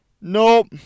nope